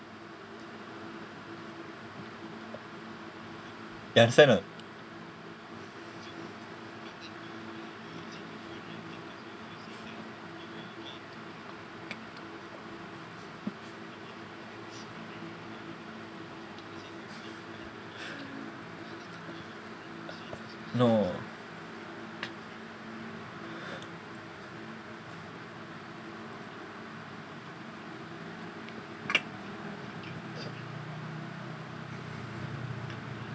you understand or not no